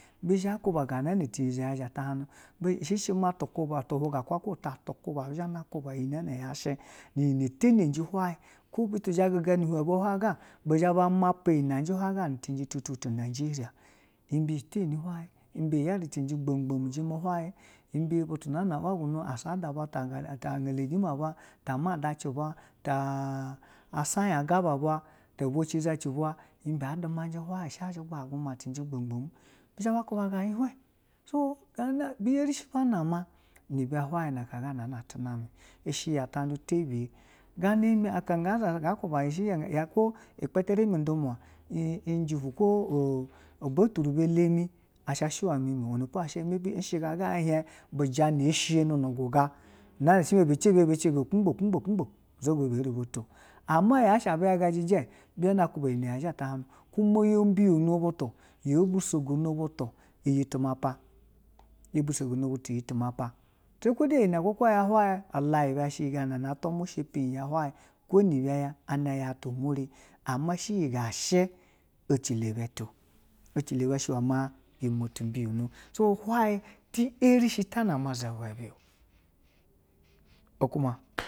shi shi ma ti huga ta tu kuba iyi shi, iyi na tenegi hwayi butu zha guga nu ihwan be hwayi ga zha mapa iyi teni ji nu teni ji ni cenje tutu, tu na jeriya ibe teni hwayi, ibe iyari cenje gbamgbam jime hwayi, ana na wa bi unu, ta a sada ba, ta gelezhime aba, ta saya ga bwa ta boci zaci bwa, ibe a dumaji hwayi, shi a zigba cenje gbamgbam, bi zha ba kuba ga hwa so gana buyeshi ba na nu ibe hwayi naka nana tu me. Ishiyi nda du ti tibye. Gana mi aka ga kubu se kwo gbetere udumwa o boturu ibe leme uwenep ishi ga i hien bujaa ɛ she ni guga nana shi ma ba jebe, ye, ba je naba kugbam kugbam kugbam, zha ifo beye to. Ama yashi bi yaji ɛji buzha ba kubwa iyi na zha hanu kuma yobiyono butu, yo bisogono iyi tima pa, yo bisogono iyi timapa. Seyi ko de iyi na ko hwaiy ɛlayi ibe shi ganana atwmwa shepe hwayi ko nuba aya ya atwa numweri, shi iyi ga shi ɛcilo be to, ɛcilo ibe shi iwe ma ti biyono so hwayi tu ri ta name ni ibe okuma.